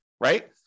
right